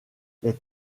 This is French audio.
les